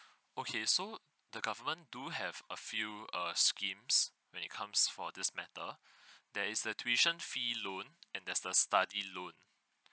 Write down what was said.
okay so the government do have a few uh schemes when it comes for this matter there is a tuition fee loan and there's a study loan